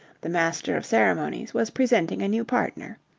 the master of ceremonies, was presenting a new partner.